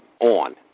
on